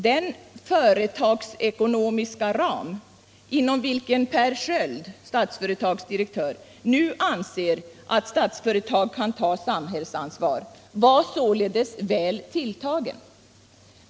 Den ”företagsekonomiska ram” inom vilken Per Sköld, Statsföretags direktör, nu anser att Statsföretag kan ta samhällsansvar var således väl tilltagen.